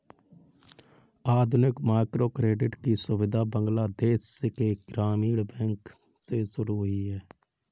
आधुनिक माइक्रोक्रेडिट की सुविधा बांग्लादेश के ग्रामीण बैंक से शुरू हुई है